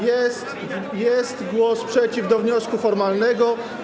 Jest głos przeciw do wniosku formalnego.